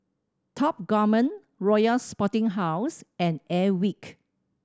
Top Gourmet Royal Sporting House and Airwick